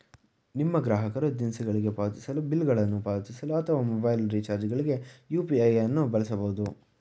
ನಿಮ್ಮ ಗ್ರಾಹಕರು ದಿನಸಿಗಳಿಗೆ ಪಾವತಿಸಲು, ಬಿಲ್ ಗಳನ್ನು ಪಾವತಿಸಲು ಅಥವಾ ಮೊಬೈಲ್ ರಿಚಾರ್ಜ್ ಗಳ್ಗೆ ಯು.ಪಿ.ಐ ನ್ನು ಬಳಸಬಹುದು